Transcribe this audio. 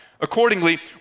Accordingly